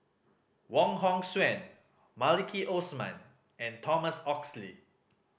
Wong Hong Suen Maliki Osman and Thomas Oxley